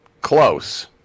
close